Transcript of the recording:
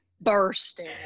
bursting